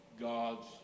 God's